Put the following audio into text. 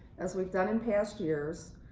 as we've done in past years,